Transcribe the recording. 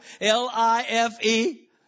L-I-F-E